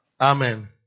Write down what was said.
Amen